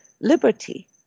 liberty